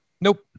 Nope